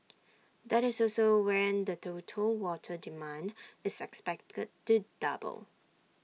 that is also when the total water demand is expected to double